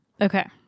Okay